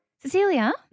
Cecilia